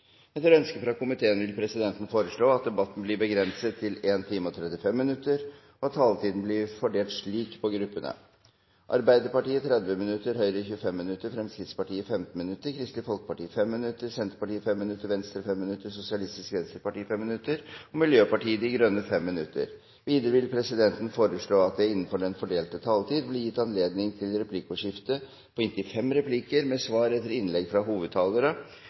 Etter ønske fra energi- og miljøkomiteen vil presidenten foreslå at debatten blir begrenset til 1 time og 35 minutter, og at taletiden blir fordelt slik på gruppene: Arbeiderpartiet 30 minutter, Høyre 25 minutter, Fremskrittspartiet 15 minutter, Kristelig Folkeparti 5 minutter, Senterpartiet 5 minutter, Venstre 5 minutter, Sosialistisk Venstreparti 5 minutter og Miljøpartiet De Grønne 5 minutter. Videre vil presidenten foreslå at det blir gitt anledning til replikkordskifte på inntil fem replikker med svar etter innlegg fra